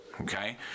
okay